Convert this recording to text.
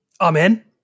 Amen